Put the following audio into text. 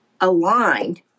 aligned